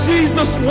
Jesus